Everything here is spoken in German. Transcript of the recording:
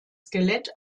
skelett